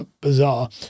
bizarre